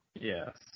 Yes